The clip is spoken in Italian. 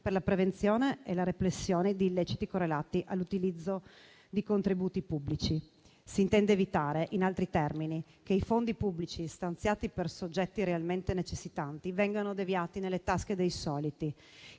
per la prevenzione e la repressione di illeciti correlati all'utilizzo di contributi pubblici. Si intende evitare, in altri termini, che i fondi pubblici stanziati per soggetti realmente necessitanti vengano deviati nelle tasche di coloro